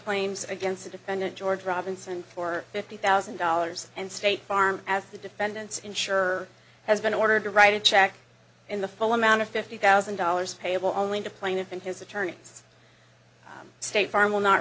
claims against the defendant george robinson for fifty thousand dollars and state farm as the defendant's insurer has been ordered to write a check in the full amount of fifty thousand dollars payable only to plaintiff and his attorney its state farm will not